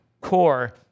core